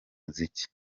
muziki